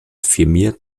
firmiert